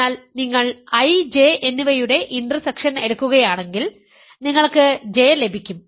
അതിനാൽ നിങ്ങൾ I J എന്നിവയുടെ ഇന്റർസെക്ഷൻ എടുക്കുകയാണെങ്കിൽ നിങ്ങൾക്ക് J ലഭിക്കും